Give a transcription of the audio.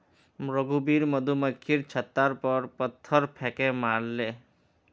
रघुवीर मधुमक्खीर छततार पर पत्थर फेकई मारले